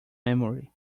memory